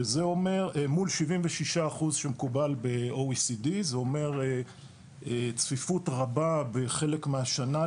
שזה אומר מול 76% שמקובל ב- OECD. זה אומר צפיפות רבה בחלק מהשנה.